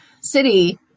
City